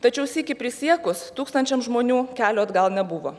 tačiau sykį prisiekus tūkstančiams žmonių kelio atgal nebuvo